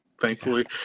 thankfully